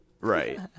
Right